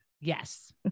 Yes